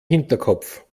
hinterkopf